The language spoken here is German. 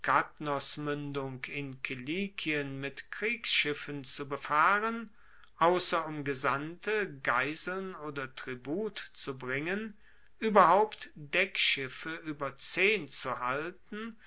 kalykadnosmuendung in kilikien mit kriegsschiffen zu befahren ausser um gesandte geiseln oder tribut zu bringen ueberhaupt deckschiffe ueber zehn zu halten